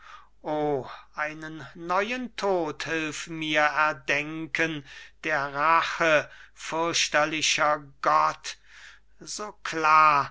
o einen neuen tod hilf mir erdenken der rache fürchterlicher gott so klar